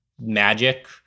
magic